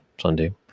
Sunday